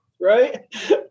Right